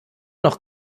noch